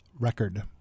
record